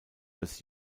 als